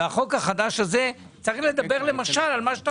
והחוק החדש הזה צריך לדבר על מה שאתה